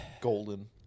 golden